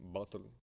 bottle